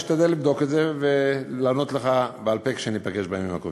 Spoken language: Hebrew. אשתדל לבדוק את זה ולענות לך בעל-פה כשניפגש בימים הקרובים.